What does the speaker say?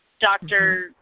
doctor